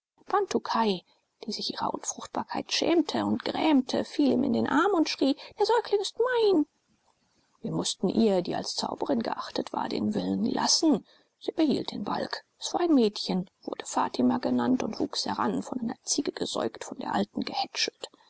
bantukai die sich ihrer unfruchtbarkeit schämte und grämte fiel ihm in den arm und schrie der säugling ist mein wir mußten ihr die als zauberin geachtet war den willen lassen sie behielt den balg es war ein mädchen wurde fatima genannt und wuchs heran von einer ziege gesäugt von der alten gehätschelt